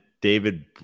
David